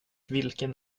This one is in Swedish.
vilken